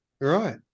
Right